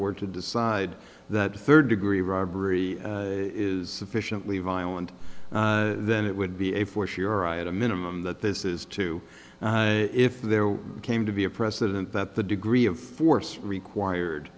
were to decide that third degree robbery is sufficiently violent then it would be a for sure at a minimum that this is to if there came to be a precedent that the degree of force required